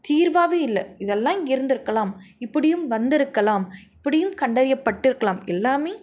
தீர்வாகவே இல்லை இதெல்லாம் இருந்திருக்கலாம் இப்படியும் வந்திருக்கலாம் இப்படியும் கண்டறியப்பட்டிருக்கலாம் எல்லாமே